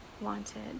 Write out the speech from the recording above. wanted